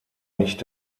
nicht